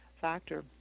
factor